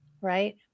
Right